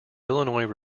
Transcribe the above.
illinois